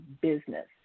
business